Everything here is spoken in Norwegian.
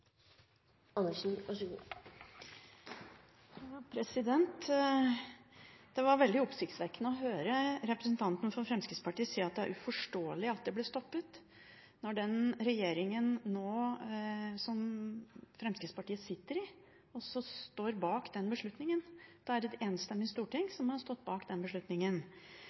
uforståelig at det ble stoppet, når den regjeringen som Fremskrittspartiet nå sitter i, også står bak den beslutningen – det er et enstemmig storting som har stått bak den beslutningen.